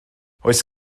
oes